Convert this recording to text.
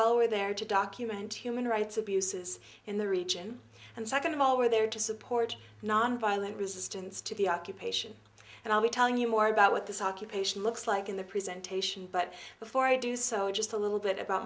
all we're there to document him and rights abuses in the region and second of all we're there to support nonviolent resistance to the occupation and i'll be telling you more about what this occupation looks like in the present taishan but before i do so just a little bit about